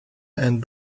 and